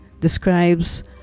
describes